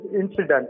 incident